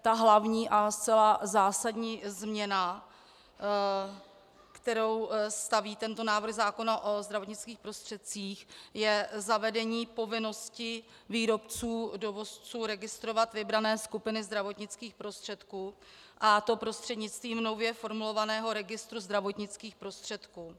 Ta hlavní a zcela zásadní změna, kterou staví tento návrh zákona o zdravotnických prostředcích, je zavedení povinnosti výrobců, dovozců registrovat vybrané skupiny zdravotnických prostředků, a to prostřednictvím nově formulovaného registru zdravotnických prostředků.